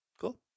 Cool